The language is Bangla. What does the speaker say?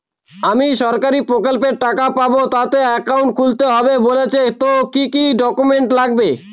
আমি সরকারি প্রকল্পের টাকা পাবো তাতে একাউন্ট খুলতে হবে বলছে তো কি কী ডকুমেন্ট লাগবে?